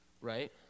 right